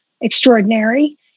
extraordinary